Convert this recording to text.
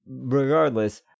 regardless